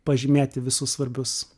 pažymėti visus svarbius